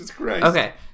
okay